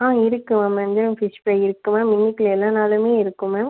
ஆ இருக்குது மேம் வஞ்சரம் fish fry இருக்குது மேம் இன்றைக்கி எல்லா நாளுமே இருக்கும் மேம்